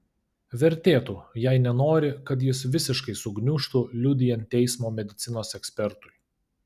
vertėtų jei nenori kad jis visiškai sugniužtų liudijant teismo medicinos ekspertui